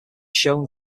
shown